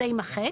זה יימחק.